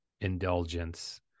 indulgence